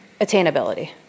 attainability